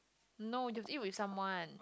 no you'll eat with someone